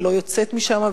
ולא יוצאת משם,